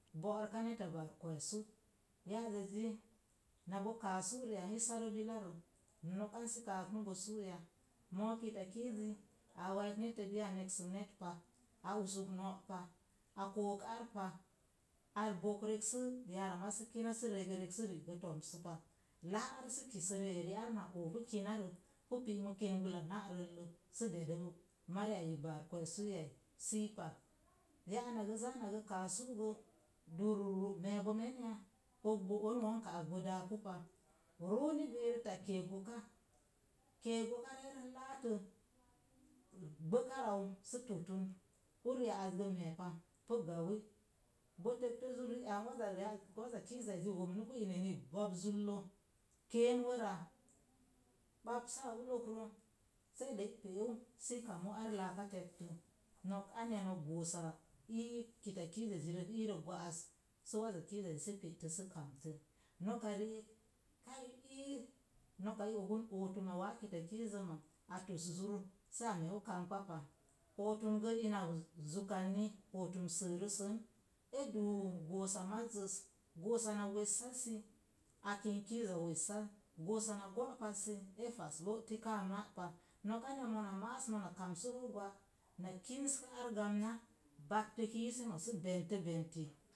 Bo'rəka neta bar gósik ya'aza ezi na bo káa su ri'ang i sare bilarə nok an sə káá su nok an sú ya. Moo kitakiz zi a week na nit a neesik net pa a usuk nó pa a kook ar pa a bok rek sə yara maz sə kine sə rəg rek sə re toms se pa. Láá ar sə kise ri eri ar na oo ar na oo pi kina rə pi pii mik keíɓəra ulle ná rel, sə dedə mari ba kwesii rə ya'az na sə zaa, na bo kanu zə bururu mee bo men ya og bo on wonka ak bo da'ku pa. Rai ni berik ak kee góka re sə latə gbəna nau sə totin ar ya'az zə mee pa, pi sawé bo təgtə zur ri ari sei waza kizaz vounu pi ina a ani ros zulle keen wóea gbasa a ulle'ra sei de i peu i kamu ar laka tettə nok anya nok goosa i kita kiza ezi rəs ii rə gwas waza kizza esi petə se kamtə. Nok rii kai i nok ootom wáá ki ta kiz zəm ak tos zur saa men kambə pa ootom sə ina zure kanni ooton seerə seen e duu gosa mazz na gossa wassa sə a kinik kiza wessas. Na goosa gópas zi e pas lóti kaa magg pa. Nok anya mona mas mon kamsu gwa kin or gamna sə bente zok sə bentə bintii.